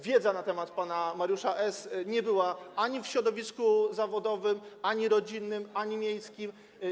wiedza na temat pana Mariusza S. nie była znana ani w środowisku zawodowym, ani rodzinnym, ani miejskim.